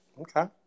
Okay